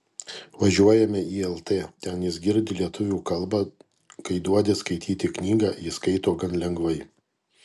važiuojame į lt ten jis girdi lietuvių kalbą kai duodi skaityti knygą jis skaito gan lengvai